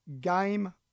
game